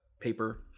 paper